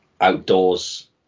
outdoors